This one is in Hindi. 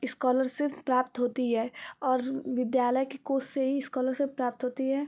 इस्कॉलरसिप प्राप्त होती है और विद्यालय के कोश से ही इस्कॉलरसिप प्राप्त होती है